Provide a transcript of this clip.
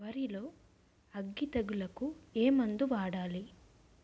వరిలో అగ్గి తెగులకి ఏ మందు వాడాలి?